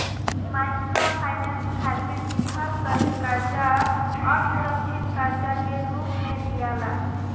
microfinance खातिर दिहल गईल कर्जा असुरक्षित कर्जा के रूप में दियाला